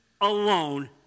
alone